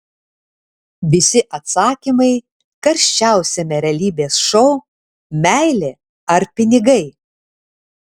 visi atsakymai karščiausiame realybės šou meilė ar pinigai